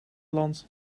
land